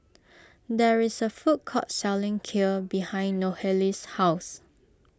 there is a food court selling Kheer behind Nohely's house